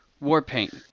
Warpaint